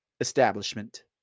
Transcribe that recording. establishment